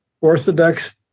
Orthodox